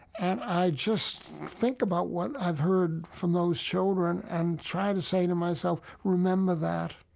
and i just think about what i've heard from those children and try to say to myself, remember that.